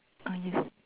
ah yes